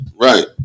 right